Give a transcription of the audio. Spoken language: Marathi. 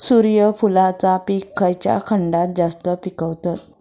सूर्यफूलाचा पीक खयच्या खंडात जास्त पिकवतत?